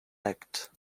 act